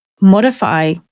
modify